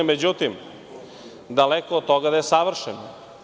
Međutim, daleko od toga da je savršeno.